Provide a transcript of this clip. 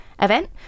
event